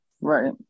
right